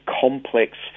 complex